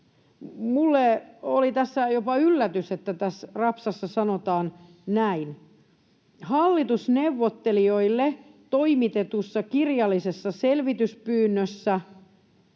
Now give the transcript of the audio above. Minulle oli jopa yllätys, että tässä rapsassa sanotaan näin: ”Hallitusneuvottelijoille toimitetussa kirjallisessa selvityspyynnössä